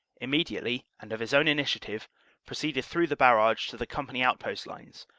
immediately and of his own initiative proceeded through the barrage to the company outpost lines,